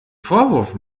vorwurf